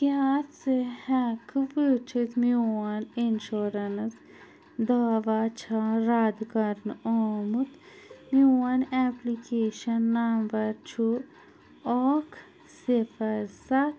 کیٛاہ ژٕ ہٮ۪ککھٕ وُچھِتھ میٛون اِنشورنٕس دوا چھا رد کَرنہٕ آومُت میٛون ایپلِکیٚشن نمبر چھُ اَکھ صِفر سَتھ